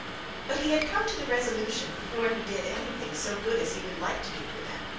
but he had come to the resolution, before he did anything so good as he would like to do for them,